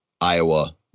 Iowa